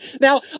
Now